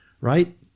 right